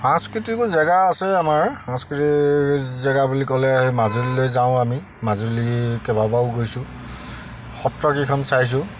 সাংস্কৃতিকো জেগা আছে আমাৰ সাংস্কৃতিক জেগা বুলি ক'লে সেই মাজুলীলৈ যাওঁ আমি মাজুলী কেবাবাৰো গৈছোঁ সত্ৰকেইখন চাইছোঁ